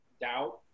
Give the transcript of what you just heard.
doubt